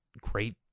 great